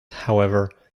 however